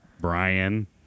Brian